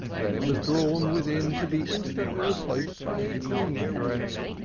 then it was drawn within to be instantly replaced by a green dress.